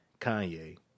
Kanye